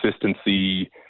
consistency